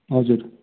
हजुर